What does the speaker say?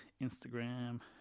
instagram